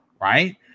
right